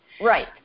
Right